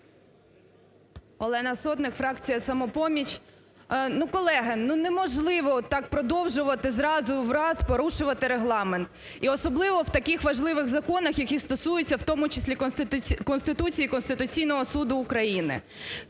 Олена Сотник, фракція "Самопоміч". Ну, колеги, ну, неможливо так продовжувати, з разу в раз порушувати регламент і особливо в таких важливих законах, які стосуються в тому числі Конституції і Конституційного Суду України.